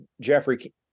Jeffrey